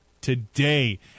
today